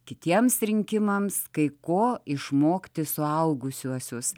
kitiems rinkimams kai ko išmokti suaugusiuosius